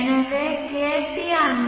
எனவே kt India